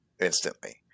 instantly